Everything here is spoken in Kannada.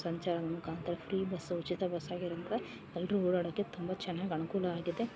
ಸಂಚಾರ ಮುಖಾಂತ್ರ ಫ್ರೀ ಬಸ್ಸು ಉಚಿತ ಬಸ್ಸಾಗಿರುವಂಥ ಎಲ್ಲರು ಓಡಾಡೋಕೆ ತುಂಬ ಚೆನ್ನಾಗ್ ಅನುಕೂಲ ಆಗಿದೆ